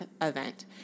event